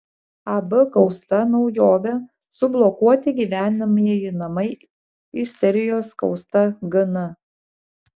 ab kausta naujovė sublokuoti gyvenamieji namai iš serijos kausta gn